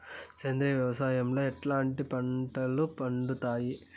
సేంద్రియ వ్యవసాయం లో ఎట్లాంటి పంటలు పండుతాయి